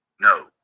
No